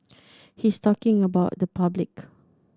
he's talking about the public